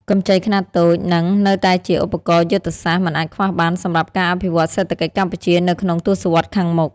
កម្ចីខ្នាតតូចនឹងនៅតែជាឧបករណ៍យុទ្ធសាស្ត្រមិនអាចខ្វះបាន សម្រាប់ការអភិវឌ្ឍសេដ្ឋកិច្ចកម្ពុជានៅក្នុងទសវត្សរ៍ខាងមុខ។